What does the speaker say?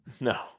no